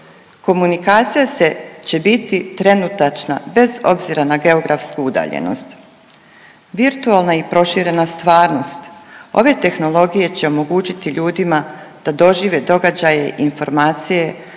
Komunikacija će biti trenutačna bez obzira na geografsku udaljenost. Virtualna i proširena stvarnost ove tehnologije će omogućiti ljudima da dožive događaje i informacije